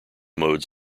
modes